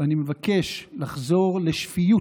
אני מבקש לחזור לשפיות